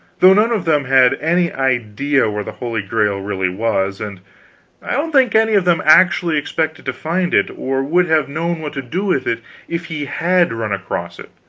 though none of them had any idea where the holy grail really was, and i don't think any of them actually expected to find it, or would have known what to do with it if he had run across it.